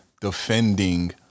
defending